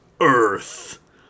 Earth